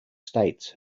states